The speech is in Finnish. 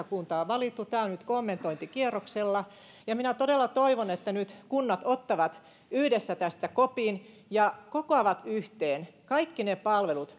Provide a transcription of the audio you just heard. kuntaa on valittu tämä on nyt kommentointikierroksella ja minä todella toivon että nyt kunnat ottavat yhdessä tästä kopin ja kokoavat yhteen kaikki ne palvelut